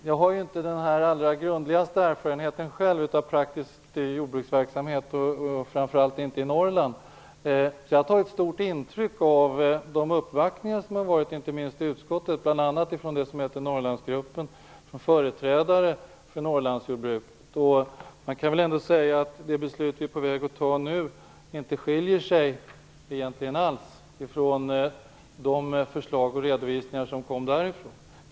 Jag har själv inte den allra grundligaste erfarenheten av praktiskt jordbruksverksamhet, och framför allt inte i Norrland. Jag har tagit stort intryck av de uppvaktningar som har varit, inte minst i utskottet, bl.a. från Norrlandsgruppen och företrädare för Norrlandsjordbruket. Det beslut som vi är på väg att fatta nu skiljer sig egentligen inte alls från de förslag och redovisningar som kom därifrån.